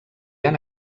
han